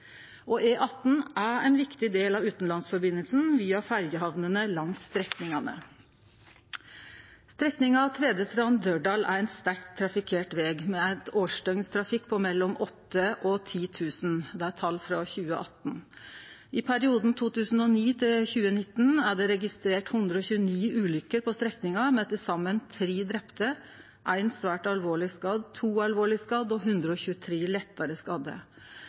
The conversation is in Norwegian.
er òg ein viktig del av utanlandssambandet via ferjehamnene langs strekningane. Strekninga Tvedestrand–Dørdal er ein sterkt trafikkert veg med ein årsdøgntrafikk på mellom 8 000 og 10 000. Det er tal frå 2018. I perioden 2009–2019 er det registrert 129 ulykker på strekninga, med til saman tre drepne, ein svært alvorleg skadd, to alvorleg skadde og 123 lettare